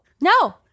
No